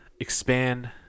expand